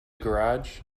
garage